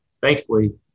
thankfully